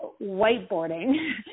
whiteboarding